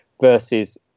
versus